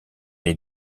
est